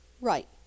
Right